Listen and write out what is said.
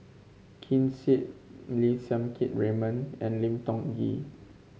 Ken Seet Lim Siang Keat Raymond and Lim Tiong Ghee